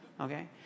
Okay